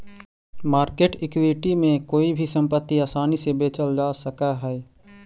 market equity में कोई भी संपत्ति आसानी से बेचल जा सकऽ हई